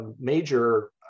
major